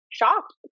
shocked